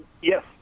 Yes